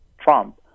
Trump